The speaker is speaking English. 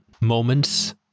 moments